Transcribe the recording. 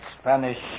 Spanish